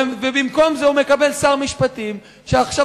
ובמקום זה הוא מקבל שר משפטים שעכשיו